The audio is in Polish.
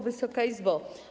Wysoka Izbo!